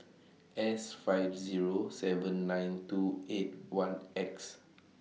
S five Zero seven nine two eight one X